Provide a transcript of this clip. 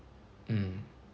mm